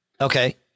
Okay